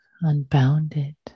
unbounded